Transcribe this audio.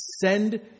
send